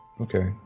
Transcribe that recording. okay